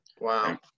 Wow